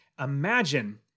Imagine